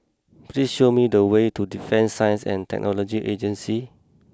please show me the way to Defence Science and Technology Agency